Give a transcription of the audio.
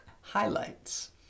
highlights